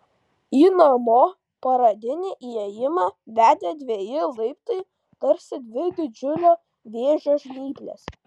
į namo paradinį įėjimą vedė dveji laiptai tarsi dvi didžiulio vėžio žnyplės